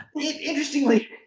Interestingly